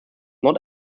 not